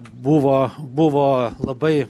buvo buvo labai